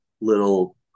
little